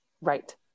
Right